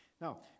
Now